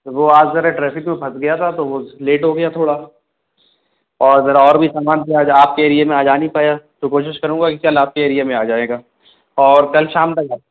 وہ آج ذرا ٹریفک میں پھنس گیا تھا تو وہ لیٹ ہو گیا تھوڑا اور ذرا اور بھی سامان تھا آج آپ کے ایریے میں آج آ نہیں پایا تو کوشش کروں گا کہ کل آپ کے ایریے میں آ جائے گا اور کل شام تک آ